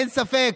אין ספק.